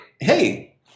hey